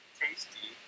tasty